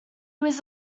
was